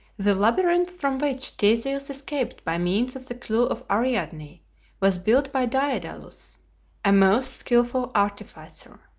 the labyrinth from which theseus escaped by means of the clew of ariadne was built by daedalus, a most skilful artificer.